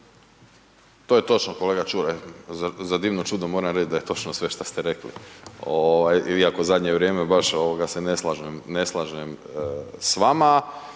To je točno kolega Čuraj. Za divno moram reći da je točno sve šta ste rekli ovaj iako zadnje vrijeme baš ovoga se ne slažem s vama.